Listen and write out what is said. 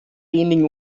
wenigen